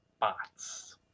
bots